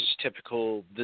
typical